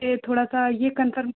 ये थोड़ा सा ये कन्फर्म का